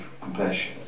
compassion